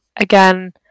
again